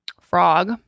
frog